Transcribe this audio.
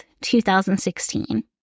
2016